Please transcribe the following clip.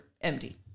empty